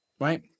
right